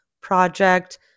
Project